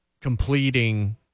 completing